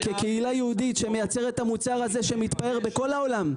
כקהילה יהודית שמייצרת את המוצר הזה שמתפאר בכל העולם.